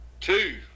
two